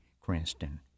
Cranston